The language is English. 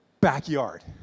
backyard